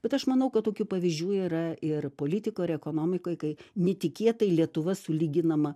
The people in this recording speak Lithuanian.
bet aš manau kad tokių pavyzdžių yra ir politikoj ir ekonomikoj kai netikėtai lietuva sulyginama